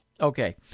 Okay